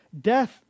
death